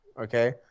Okay